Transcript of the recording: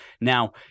Now